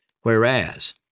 Whereas